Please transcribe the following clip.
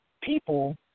people